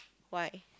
why